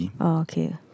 okay